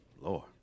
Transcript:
Lord